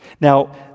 Now